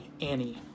annie